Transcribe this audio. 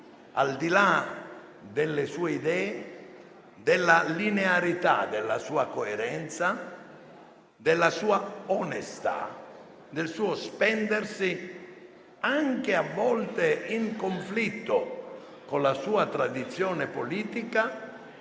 al di là delle sue idee, della linearità della sua coerenza, della sua onestà e del suo spendersi, anche a volte in conflitto con la sua tradizione politica,